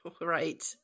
Right